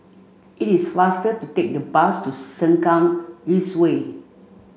it is faster to take the bus to Sengkang East Way